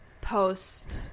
post